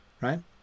right